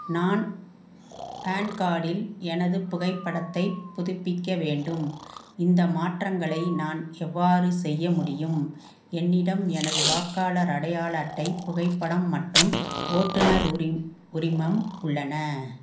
நான் பான் கார்டில் எனது புகைப்படத்தைப் புதுப்பிக்க வேண்டும் இந்த மாற்றங்களை நான் எவ்வாறு செய்ய முடியும் என்னிடம் எனது வாக்காளர் அடையாள அட்டை புகைப்படம் மற்றும் ஓட்டுநர் உரி உரிமம் உள்ளன